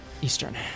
Eastern